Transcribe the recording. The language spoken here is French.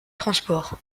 transport